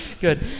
Good